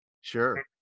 Sure